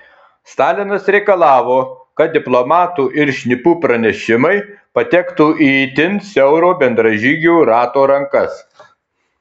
stalinas reikalavo kad diplomatų ir šnipų pranešimai patektų į itin siauro bendražygių rato rankas